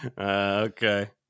okay